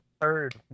third